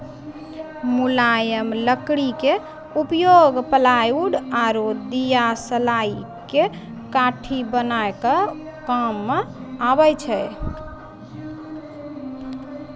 मुलायम लकड़ी के उपयोग प्लायउड आरो दियासलाई के काठी बनाय के काम मॅ आबै छै